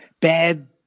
bad